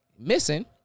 missing